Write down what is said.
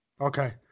Okay